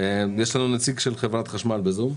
יש לנו נציג של חברת החשמל בזום?